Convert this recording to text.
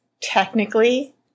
Technically